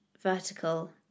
vertical